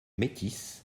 métis